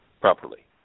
properly